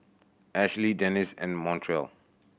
Ashli Denice and Montrell